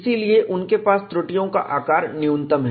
इसलिए उनके पास त्रुटियों का आकार न्यूनतम है